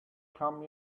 come